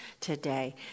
today